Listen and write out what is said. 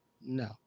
No